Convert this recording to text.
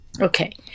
Okay